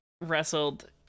wrestled